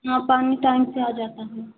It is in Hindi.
हाँ पानी टाइम से आ जाता है